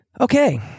okay